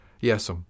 Yes